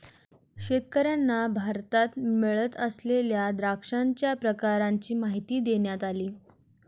शेतकर्यांना भारतात मिळत असलेल्या द्राक्षांच्या प्रकारांची माहिती देण्यात आली